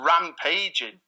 rampaging